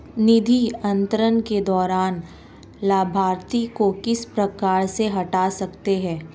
निधि अंतरण के दौरान लाभार्थी को किस प्रकार से हटा सकते हैं?